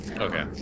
Okay